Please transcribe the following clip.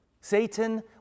Satan